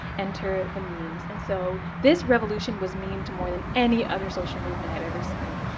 enter the mems. and so this revolution was memed more than any other social movement i've ever seen.